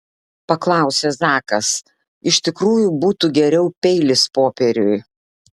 paklausė zakas iš tikrųjų būtų geriau peilis popieriui